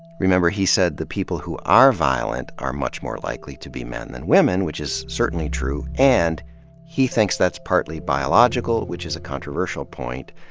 he said the people who are violent are much more likely to be men than women which is certainly true and he thinks that's partly biological, which is a controversial point.